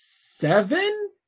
Seven